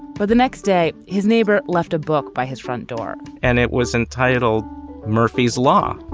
for the next day, his neighbor left a book by his front door and it was entitled murphy's law.